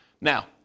Now